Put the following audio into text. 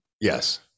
Yes